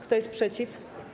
Kto jest przeciw?